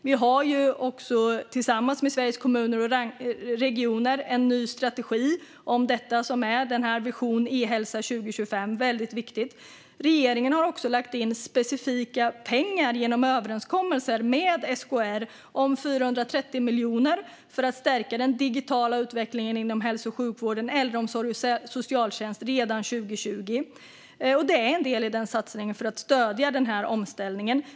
Vi har också tillsammans med Sveriges Kommuner och Regioner en ny strategi för detta, Vision e-hälsa 2025. Det är väldigt viktigt. Regeringen har också genom överenskommelser med SKR lagt in specifika pengar - 430 miljoner för att stärka den digitala utvecklingen inom hälso och sjukvård, äldreomsorg och socialtjänst redan 2020. Det är en del i satsningen för att stödja omställningen.